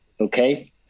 okay